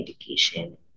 education